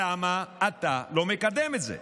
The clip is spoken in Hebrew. למה אתה לא מקדם את זה?